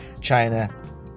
china